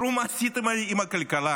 ראו מה עשיתם עם הכלכלה.